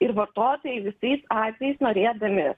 ir vartotojai visais atvejais norėdami